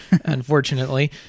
unfortunately